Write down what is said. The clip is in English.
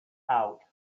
out